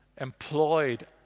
employed